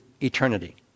eternity